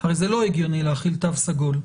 הרע זה לא הגיוני להחיל תו סגול,